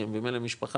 כי הם במלא משפחה,